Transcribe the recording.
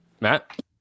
Matt